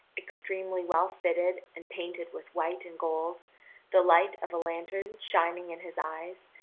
extremely well fitted and painted with white and gold the light of a lantern shining in his eyes,